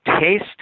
taste